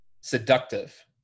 seductive